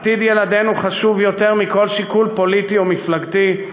עתיד ילדינו חשוב יותר מכל שיקול פוליטי או מפלגתי,